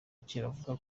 kiravuga